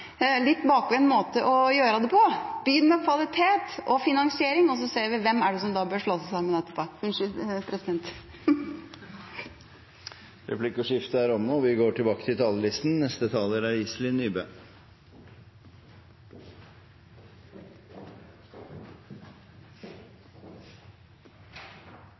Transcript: litt bakvendt måte å gjøre det på. Begynn med kvalitet og finansiering, og så ser vi hvem som bør slå seg sammen etterpå. Unnskyld, president! Replikkordskiftet er omme. Som flere allerede har vært inne på, er det gledelig at vi har fått langtidsplanen for forskning og høyere utdanning til behandling i Stortinget. Dette er